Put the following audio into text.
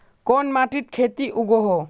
कोन माटित खेती उगोहो?